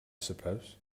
suppose